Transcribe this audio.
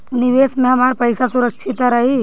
निवेश में हमार पईसा सुरक्षित त रही?